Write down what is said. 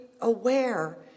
aware